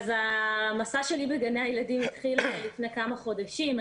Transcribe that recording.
המסע שלי בגני הילדים התחיל לפני כמה חודשים.